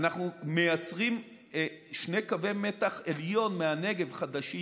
אנחנו מייצרים שני קווי מתח עליון חדשים